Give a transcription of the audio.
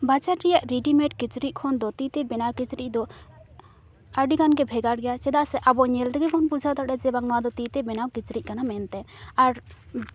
ᱵᱟᱡᱟᱨ ᱨᱮᱭᱟᱜ ᱨᱤᱰᱤᱢᱮᱰ ᱠᱤᱪᱨᱤᱡᱽ ᱠᱷᱚᱱᱫᱚ ᱛᱤᱛᱮ ᱵᱮᱱᱟᱣ ᱠᱤᱪᱨᱤᱡᱫᱚ ᱟᱹᱰᱤᱜᱟᱱ ᱜᱮ ᱵᱷᱮᱜᱟᱨ ᱜᱮᱭᱟ ᱪᱮᱫᱟᱜ ᱥᱮ ᱟᱵᱚ ᱧᱮᱞ ᱛᱮᱜᱮᱵᱚᱱ ᱵᱩᱡᱷᱟᱹᱣ ᱫᱟᱲᱮᱼᱟ ᱡᱮ ᱵᱟᱝ ᱱᱚᱣᱟᱫᱚ ᱛᱤᱛᱮ ᱵᱮᱱᱟᱣ ᱠᱤᱪᱨᱤᱡᱽ ᱠᱟᱱᱟ ᱢᱮᱱᱛᱮ ᱟᱨ